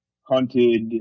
hunted